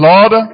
Lord